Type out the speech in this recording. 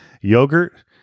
yogurt